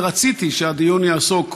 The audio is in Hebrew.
ורציתי שהדיון יעסוק,